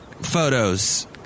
photos